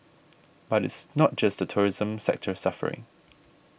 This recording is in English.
but it's not just the tourism sector suffering